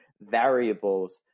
variables